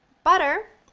butter,